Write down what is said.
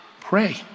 pray